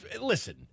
Listen